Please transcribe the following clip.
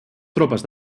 tropes